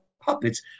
puppets